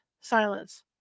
Silence